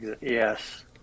Yes